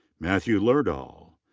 matthew lerdahl.